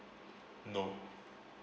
no